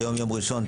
היום יום ראשון,